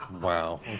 Wow